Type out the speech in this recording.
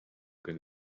can